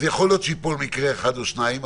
אז יכול להיות שיפול מקרה אחד או שניים,